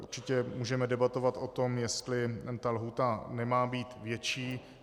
Určitě můžeme debatovat o tom, jestli lhůta nemá být větší.